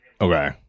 okay